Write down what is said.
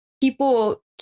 people